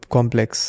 Complex